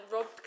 Rob